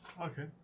Okay